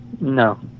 No